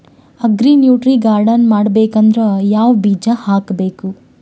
Agri nutri garden ಮಾಡಬೇಕಂದ್ರ ಯಾವ ಬೀಜ ಹಾಕಬೇಕು?